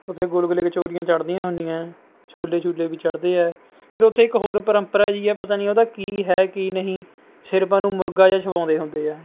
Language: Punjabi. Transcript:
ਉੱਥੇ ਗੁੱਲਗੁਲੇ ਕਚੌਰੀਆਂ ਚੜ੍ਹਦੀਆਂ ਹੁੰਦੀਆਂ ਛੋਲੇ ਛੂਲੇ ਵੀ ਚੜ੍ਹਦੇ ਹੈ ਫਿਰ ਉੱਥੇ ਇੱਕ ਹੋਰ ਪਰੰਪਰਾ ਵੀ ਹੈ ਪਤਾ ਨਹੀਂ ਉਹਦਾ ਕੀ ਹੈ ਕੀ ਨਹੀਂ ਸਿਰ ਪਾ ਨੂੰ ਮੁਰਗਾ ਜਿਹਾ ਛੁਹਾਉਂਦੇ ਹੁੰਦੇ ਹੈ